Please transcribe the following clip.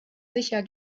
sicher